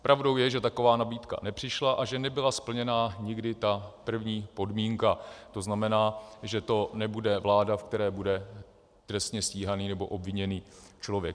Pravdou je, že taková nabídka nepřišla a že nebyla splněna nikdy ta první podmínka, to znamená, že to nebude vláda, ve které bude trestně stíhaný nebo obviněný člověk.